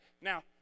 Now